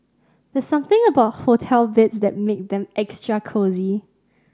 there's something about hotel beds that make them extra cosy